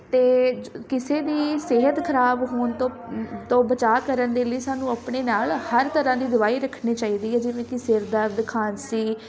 ਅਤੇ ਕਿਸੇ ਦੀ ਸਿਹਤ ਖਰਾਬ ਹੋਣ ਤੋ ਤੋਂ ਬਚਾਅ ਕਰਨ ਦੇ ਲਈ ਸਾਨੂੰ ਆਪਣੇ ਨਾਲ ਹਰ ਤਰ੍ਹਾਂ ਦੀ ਦਵਾਈ ਰੱਖਣੀ ਚਾਹੀਦੀ ਹੈ ਜਿਵੇਂ ਕਿ ਸਿਰਦਰਦ ਖਾਂਸੀ